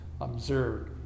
observe